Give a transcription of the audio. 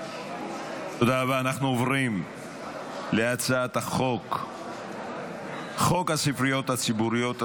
אנחנו עוברים להצעת חוק הספריות הציבוריות,